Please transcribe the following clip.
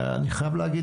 אני חייב להגיד,